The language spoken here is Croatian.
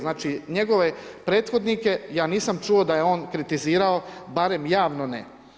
Znači njegove prethodnike, ja nisam čuo da je on kritizirao, barem javno ne.